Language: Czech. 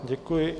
Děkuji.